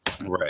Right